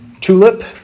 TULIP